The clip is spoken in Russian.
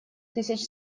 тысяч